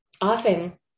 often